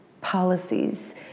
policies